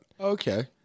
okay